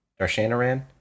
Darshanaran